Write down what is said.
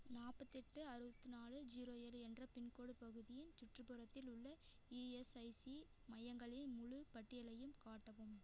நாற்பத்தெட்டு அறுபத்து நாலு ஜீரோ ஏழு என்ற பின்கோடு பகுதியின் சுற்றுப்புறத்தில் உள்ள இஎஸ்ஐசி மையங்களின் முழுப் பட்டியலையும் காட்டவும்